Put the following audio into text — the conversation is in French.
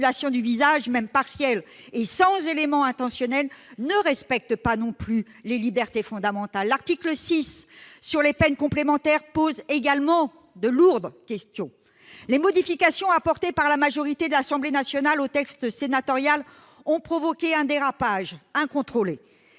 du visage, même partielle et sans élément intentionnel, ne respecte pas non plus les libertés fondamentales. L'article 6, sur les peines complémentaires, pose également de lourdes questions. Les modifications apportées par la majorité de l'Assemblée nationale au texte sénatorial ont provoqué un dérapage incontrôlé